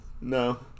no